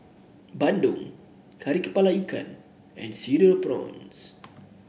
Bandung Kari kepala Ikan and Cereal Prawns